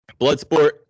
Bloodsport